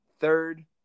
third